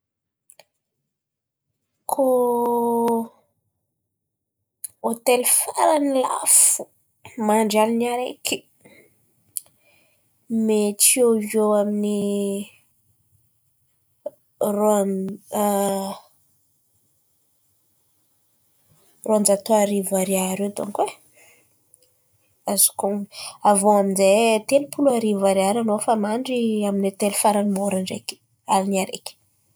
Kôa hotely farany lafo mandry alin̈a araiky, mety eo amin'ny roan roanjato arivo ariary eo dônko e, azoko on̈ono. Avy eo amin'izay telopolo arivo ariary anao efa mandry amin'ny hotely farany môra ndraiky, alin̈y araiky.